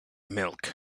milk